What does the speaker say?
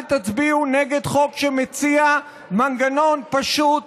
אל תצביעו נגד חוק שמציע מנגנון פשוט,